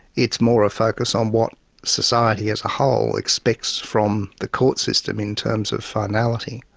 it's more a focus on what society as a whole expects from the court system in terms of finality.